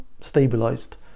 stabilized